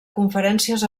conferències